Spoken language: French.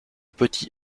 petit